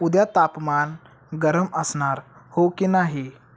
उद्या तापमान गरम असणार हो की नाही